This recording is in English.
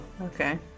okay